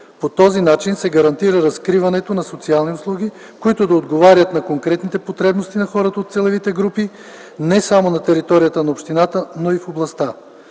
По този начин се гарантира разкриването на социални услуги, които да отговарят на конкретните потребности на хората от целевите групи не само на територията на общината, но и в областта.